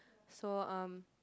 so um